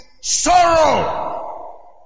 Sorrow